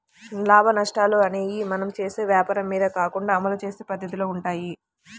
లాభనష్టాలు అనేయ్యి మనం చేసే వ్వాపారం మీద కాకుండా అమలు చేసే పద్దతిలో వుంటయ్యి